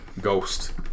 Ghost